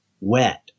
wet